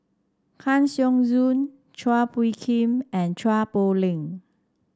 Kang Siong Joo Chua Phung Kim and Chua Poh Leng